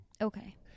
Okay